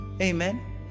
Amen